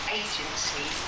agency